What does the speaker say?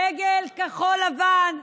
דגל כחול-לבן,